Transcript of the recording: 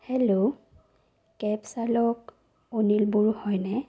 hello cab চালক অনিল বড়ো হয়নে